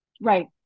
Right